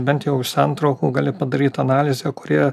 bent jau iš santraukų gali padaryt analizę kurie